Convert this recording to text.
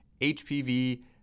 HPV